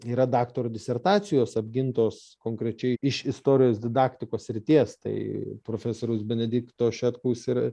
yra daktaro disertacijos apgintos konkrečiai iš istorijos didaktikos srities tai profesoriaus benedikto šetkaus ir